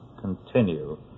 continue